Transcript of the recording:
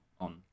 on